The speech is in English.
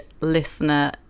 listener